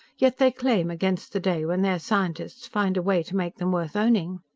yet they claim against the day when their scientists find a way to make them worth owning.